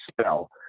spell